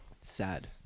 Sad